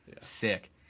Sick